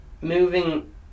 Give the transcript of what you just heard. moving